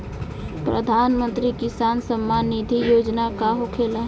प्रधानमंत्री किसान सम्मान निधि योजना का होखेला?